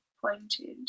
pointed